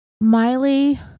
Miley